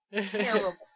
Terrible